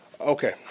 Okay